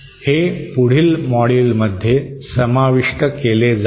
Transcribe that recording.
हे पुढील मॉड्यूलमध्ये समाविष्ट केले जाईल